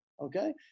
Okay